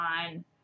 on